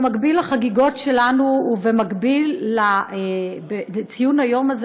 במקביל לחגיגות שלנו ובמקביל לציון היום הזה